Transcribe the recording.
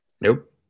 Nope